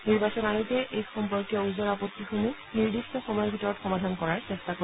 নিৰ্বাচন আয়োগে এই সম্পৰ্কীয় ওজৰ আপত্তিসমূহ নিৰ্দিষ্ট সময়ৰ ভিতৰত সমাধান কৰাৰ চেষ্টা কৰিব